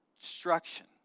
destruction